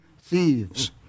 thieves